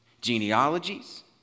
genealogies